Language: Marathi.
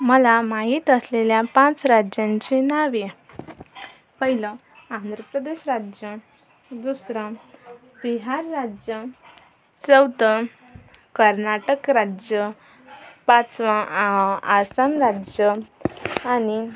मला माहित असलेल्या पाच राज्यांची नावे पहिलं आंध्र प्रदेश राज्य दुसरं बिहार राज्य चौथं कर्नाटक राज्य पाचवं आसाम राज्य आणि